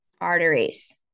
arteries